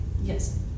yes